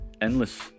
endless